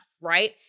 right